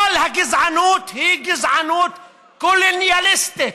כל הגזענות היא גזענות קולוניאליסטית,